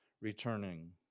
returning